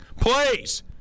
please